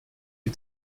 die